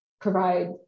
provide